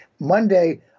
Monday